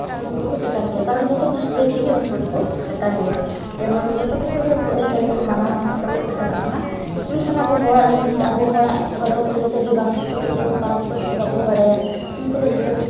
ᱩᱱᱠᱩ ᱫᱚᱠᱚ ᱪᱮᱛᱟᱱ ᱜᱮᱭᱟ ᱠᱟᱨᱚᱱ ᱡᱚᱛᱚ ᱠᱷᱟᱹᱛᱤᱨ ᱛᱮᱜᱮ ᱩᱱᱠᱩ ᱫᱚᱠᱚ ᱪᱮᱛᱟᱱ ᱜᱮᱭᱟ ᱡᱮᱢᱚᱱ ᱡᱚᱛᱚ ᱠᱤᱪᱷᱩ ᱜᱮ ᱩᱱᱠᱩᱣᱟᱜ ᱟᱹᱨᱤᱪᱟᱹᱞᱤ ᱠᱚ ᱢᱟᱱᱟᱣ ᱢᱟᱱᱟᱣ ᱠᱟᱛᱮ ᱠᱚ ᱪᱟᱞᱟᱜ ᱠᱟᱱᱟ ᱮᱱᱠᱷᱟᱱ ᱟᱵᱚ ᱦᱚᱲᱟᱜ ᱡᱤᱱᱤᱥ ᱟᱵᱚ ᱦᱚᱲᱟᱜ ᱫᱷᱚᱨᱚᱢ ᱟᱹᱨᱤᱪᱟᱹᱞᱤ ᱵᱟᱝ ᱡᱚᱛᱚ ᱠᱤᱪᱷᱩ ᱯᱟᱹᱨᱥᱤ ᱵᱟᱵᱚᱱ ᱵᱟᱲᱟᱭᱟ ᱩᱱᱠᱩ ᱫᱚ ᱡᱚᱛᱚ ᱠᱤᱪᱷᱩ